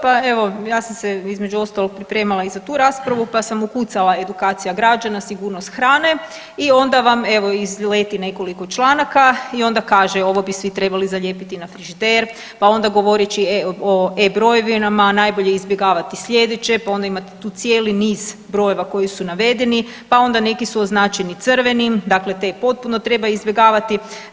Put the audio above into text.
Pa evo, ja sam se između ostalog pripremala i za tu raspravu pa sam ukucala edukacija građana sigurnost hrane i onda vam evo, izleti nekoliko članaka i onda kaže ovo bi svi trebali zalijepiti za frižider, pa onda govoreći o E-brojevima, najbolje izbjegavati sljedeće, pa onda imate tu cijeli niz brojeva koji su navedeni, pa onda neki su označeni crvenim, dakle te potpuno treba izbjegavati.